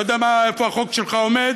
לא יודע איפה החוק שלך עומד,